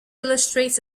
illustrates